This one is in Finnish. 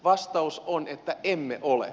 vastaus on että emme ole